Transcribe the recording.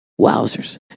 Wowzers